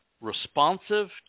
responsive